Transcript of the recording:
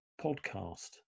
podcast